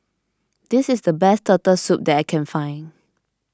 this is the best Turtle Soup that I can find